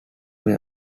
may